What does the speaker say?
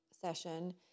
session